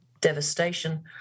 devastation